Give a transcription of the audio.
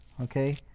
Okay